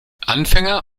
anfänger